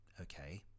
okay